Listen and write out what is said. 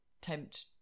tempt